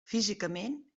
físicament